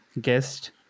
guest